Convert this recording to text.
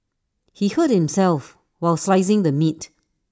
he hurt himself while slicing the meat